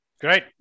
Great